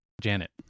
Janet